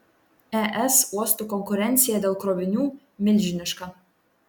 es uostų konkurencija dėl krovinių milžiniška